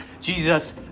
Jesus